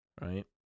right